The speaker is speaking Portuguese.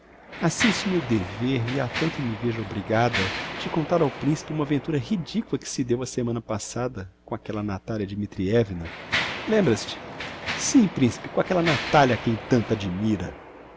zina assiste me o dever e a tanto me vejo obrigada de contar ao principe uma aventura ridicula que se deu a semana passada com aquella natalia dmitrievna lembras te sim principe com aquella natalia a quem tanto admira